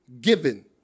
given